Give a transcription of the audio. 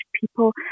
people